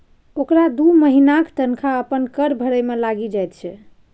ओकरा दू महिनाक तनखा अपन कर भरय मे लागि जाइत छै